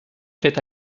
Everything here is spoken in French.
fait